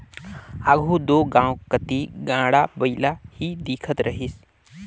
आघु दो गाँव कती गाड़ा बइला ही दिखत रहिस